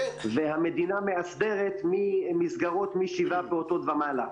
והמדינה מאסדרת מסגרות משבעה פעוטות ומעלה,